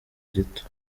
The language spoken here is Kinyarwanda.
gito